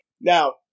Now